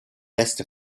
reste